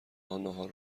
ها، نهار